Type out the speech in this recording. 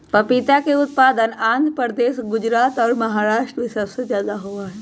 पपीता के उत्पादन आंध्र प्रदेश, गुजरात और महाराष्ट्र में सबसे ज्यादा होबा हई